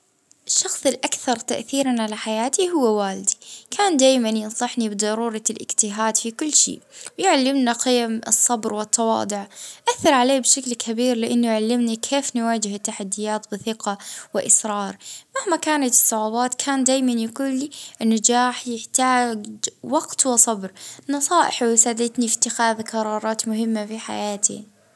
أمي اه بلا شك علمتني الصبر وكيف نخدم على روحي، وجودها ديم معايا دفعني إني نكون أفضل.